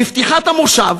בפתיחת המושב,